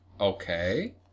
Okay